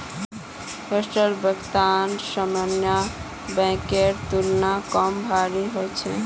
postal बैंकत सामान्य बैंकेर तुलना कम भीड़ ह छेक